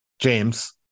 James